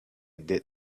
did